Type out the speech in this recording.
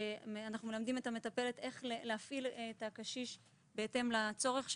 ששם אנחנו מלמדים את המטפלת כיצד להפעיל את הקשיש בהתאם לצורך שלו.